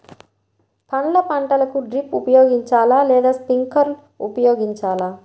పండ్ల పంటలకు డ్రిప్ ఉపయోగించాలా లేదా స్ప్రింక్లర్ ఉపయోగించాలా?